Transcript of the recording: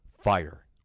fire